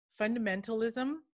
Fundamentalism